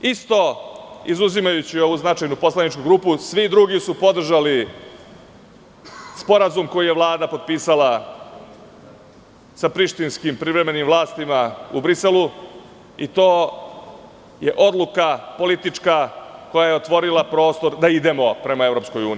To je Kosovo, isto izuzimajući ovu značajnu poslaničku grupu, svi drugi su podržali Sporazum koji je Vlada potpisala sa Prištinskim privremenim vlastima u Briselu, i to je politička odluka koja je otvorila prostor da idemo prema EU.